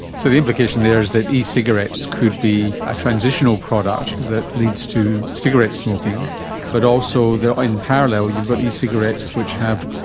so the implication there is that ecigarettes could be a transitional product that leads to cigarette smoking but also in parallel you've got ecigarettes which have,